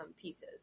pieces